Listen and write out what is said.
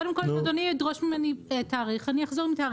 קודם כל אם אדוני ידרוש ממני תאריך אני אחזור עם תאריך.